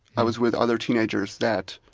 i was with other teenagers that